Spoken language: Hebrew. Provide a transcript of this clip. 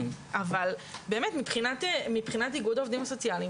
אבל באמת מבחינת איגוד העובדים הסוציאליים,